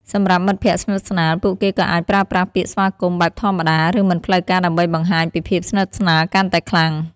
សម្រាប់មិត្តភក្តិស្និទ្ធស្នាល ពួកគេក៏អាចប្រើប្រាស់ពាក្យស្វាគមន៍បែបធម្មតាឬមិនផ្លូវការដើម្បីបង្ហាញពីភាពស្និទ្ធស្នាលកាន់តែខ្លាំង។